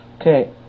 Okay